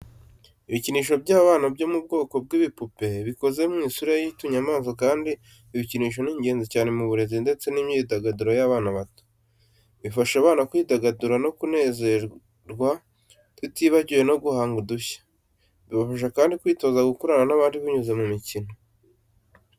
Ibikinisho by’abana byo mu bwoko bw'ibipupe bikoze mu isura y'utunyamaswa kandi ibi bikinisho ni ingenzi cyane mu burezi ndetse n’imyidagaduro y’abana bato. Bifasha abana kwidagadura no kunezerwa tutibagiwe no guhanga udushya. Bibafasha kandi kwitoza gukorana n’abandi binyuze mu mikino.